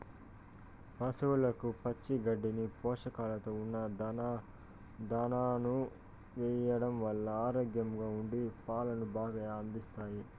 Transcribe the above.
పసవులకు పచ్చి గడ్డిని, పోషకాలతో ఉన్న దానాను ఎయ్యడం వల్ల ఆరోగ్యంగా ఉండి పాలను బాగా అందిస్తాయి